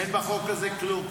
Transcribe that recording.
אין בחוק הזה כלום.